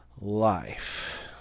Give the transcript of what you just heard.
life